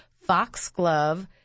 foxglove